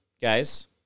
guys